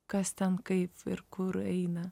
kas ten kaip ir kur eina